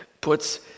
puts